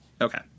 Okay